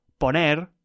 poner